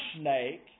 snake